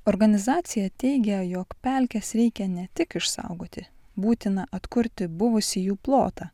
organizacija teigia jog pelkes reikia ne tik išsaugoti būtina atkurti buvusį jų plotą